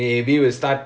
okay